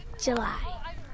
July